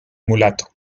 mulato